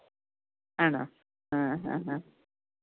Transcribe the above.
ആണോ അ അ അ